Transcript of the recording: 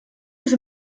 ist